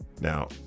Now